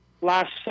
last